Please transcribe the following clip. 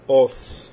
Oaths